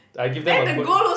I give them a good